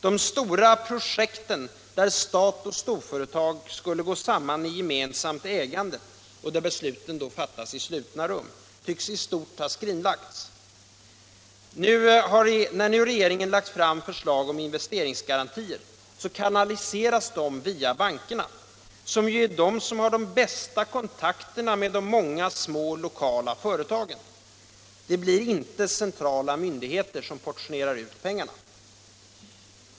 De stora projekten där stat och storföretag skulle gå samman i gemensamt ägande och där besluten fattas i slutna rum tycks i stort ha skrinlagts. När nu regeringen lagt fram förslag om investeringsgarantier kanaliseras de via bankerna, som ju är de som har den bästa lokala kontakten med de många små företagen. Det blir inte centrala myndigheter som portionerar ut pengarna.